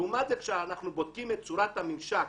לעומת זאת, כאשר אנחנו בודקים את צורת הממשק